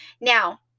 Now